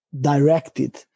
directed